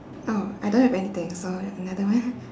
oh I don't have anything so another one ah